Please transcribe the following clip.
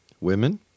Women